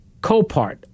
Copart